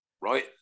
right